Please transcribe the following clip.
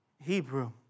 Hebrew